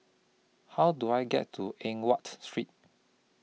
How Do I get to Eng Watt Street